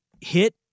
hit